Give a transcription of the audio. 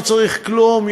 לא צריך כלום,